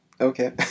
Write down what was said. Okay